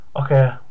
Okay